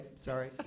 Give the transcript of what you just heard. sorry